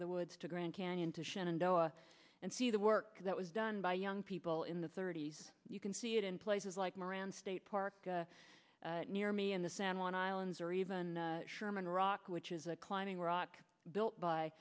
of the woods to grand canyon to shenandoah and see the work that was done by young people in the thirty's you can see it in places like moran state park near me in the san juan islands or even sherman rock which is a climbing rock built